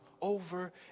over